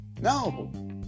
No